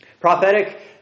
prophetic